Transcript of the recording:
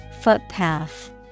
Footpath